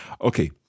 Okay